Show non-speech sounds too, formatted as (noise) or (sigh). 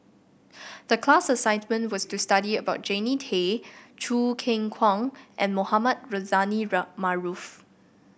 the class assignment was to study about Jannie Tay Choo Keng Kwang and Mohamed Rozani (unintelligible) Maarof